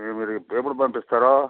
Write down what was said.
అది మరి ఎప్పుడు పంపిస్తారు